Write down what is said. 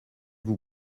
vous